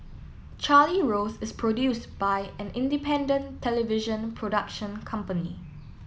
Charlie Rose is produce by an independent television production company